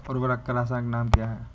उर्वरक का रासायनिक नाम क्या है?